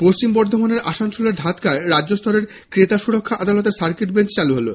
পশ্চিম বর্ধমানের আসানসোলের ধাদকায় রাজ্যস্তরের ক্রেতা সুরক্ষা আদালতের সার্কিট বেঞ্চ চালু হলো